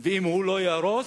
ואם הוא לא יהרוס,